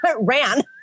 ran